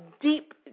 deep